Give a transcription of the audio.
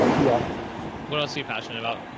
yeah what else are you passionate about?